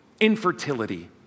infertility